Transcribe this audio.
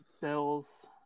Bills